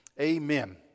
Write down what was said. Amen